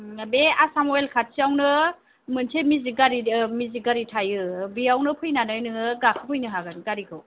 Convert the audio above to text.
बे आसाम अइल खाथियावनो मोनसे मेजिक गारि मेजिक गारि थायो बेयावनो फैनानै नोङो गाखोफैनो हागोन गारिखौ